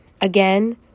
again